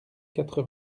quatre